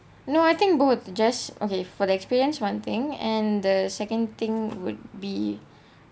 no I think both just okay for the experience one thing and the second thing would be